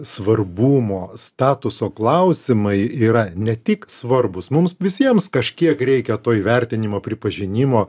svarbumo statuso klausimai yra ne tik svarbūs mums visiems kažkiek reikia to įvertinimo pripažinimo